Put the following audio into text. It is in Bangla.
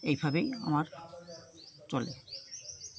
এইভাবেই আমার চলে